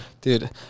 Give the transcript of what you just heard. Dude